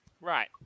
right